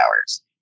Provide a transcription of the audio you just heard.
hours